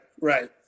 right